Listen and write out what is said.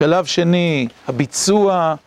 שלב שני הביצוע